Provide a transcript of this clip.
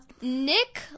Nick